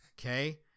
okay